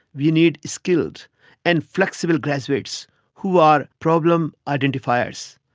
we need skilled and flexible graduates who are problem identifiers,